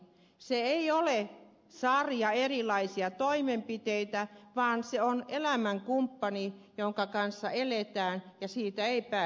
se ei ole sarja erilaisia toimenpiteitä vaan se on elämänkumppani jonka kanssa eletään ja siitä ei pääse irti